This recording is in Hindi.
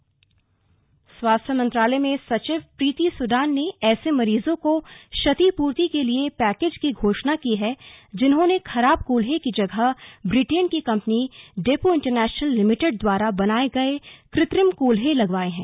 स्लग कृत्रिम कूल्हा स्वास्थ्य मंत्रालय में सचिव प्रीति सूडान ने ऐसे मरीजों को क्षतिपूर्ति के लिए पैकेज की घोषणा की है जिन्होंने खराब कूल्हे की जगह ब्रिटेन की कंपनी डेप् इंटरनेशनल लिमिटेड द्वारा बनाए गए कृत्रिम कूल्हा लगवाया है